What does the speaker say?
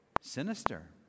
sinister